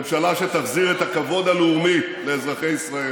ממשלה שתחזיר את הכבוד הלאומי לאזרחי ישראל.